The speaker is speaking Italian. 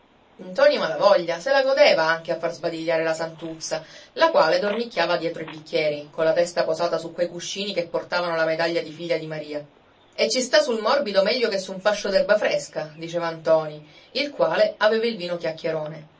meglio ntoni malavoglia se la godeva anche a far sbadigliare la santuzza la quale dormicchiava dietro i bicchieri colla testa posata su quei cuscini che portavano la medaglia di figlia di maria e ci sta sul morbido meglio che su un fascio d'erba fresca diceva ntoni il quale aveva il vino chiacchierone